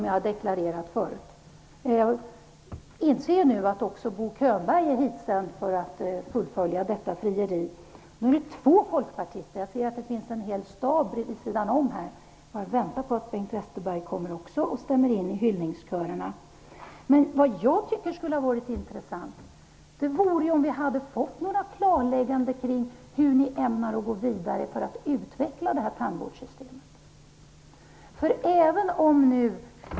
Jag inser nu att också Bo Könberg är hitsänd för att fullfölja detta frieri. Detta gör nu två folkpartister, och jag ser att det sitter en hel stab vid sidan om statsrådsbänkarna. Jag bara väntar på att även Bengt Westerberg skall komma och stämma in i hyllningskörerna. Vad jag tycker skulle ha varit intressant vore att få några klarlägganden av hur ni ämnar gå vidare för att utveckla det här tandvårdssystemet.